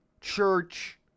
Church